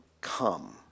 come